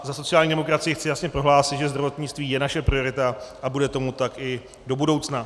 Za sociální demokracii chci jasně prohlásit, že zdravotnictví je naše priorita a bude tomu tak i do budoucna.